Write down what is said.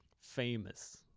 Famous